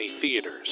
Theaters